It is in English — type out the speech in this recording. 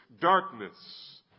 darkness